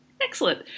Excellent